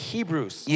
Hebrews